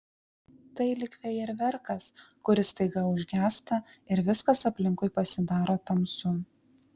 tai lyg fejerverkas kuris staiga užgęsta ir viskas aplinkui pasidaro tamsu